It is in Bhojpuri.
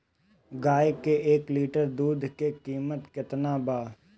गाए के एक लीटर दूध के कीमत केतना बा?